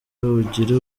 ugire